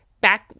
back